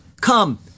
come